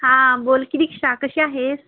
हां बोल की दीक्षा कशी आहे